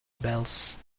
bells